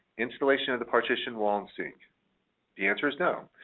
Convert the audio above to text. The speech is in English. installation of the partition wall and sink the answer is no.